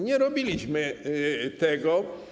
Nie robiliśmy tego.